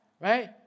Right